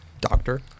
doctor